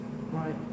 Right